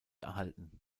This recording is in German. erhalten